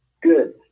Good